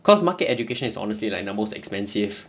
cause market education is honestly like the most expensive